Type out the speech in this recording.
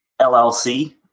LLC